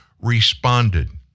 responded